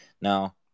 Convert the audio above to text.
Now